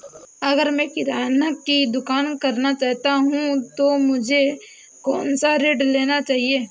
अगर मैं किराना की दुकान करना चाहता हूं तो मुझे कौनसा ऋण लेना चाहिए?